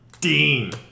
Dean